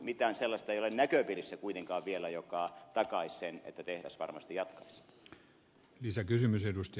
mitään sellaista ei ole näköpiirissä kuitenkaan vielä joka takaisi sen että tehdas varmasti jatkaisi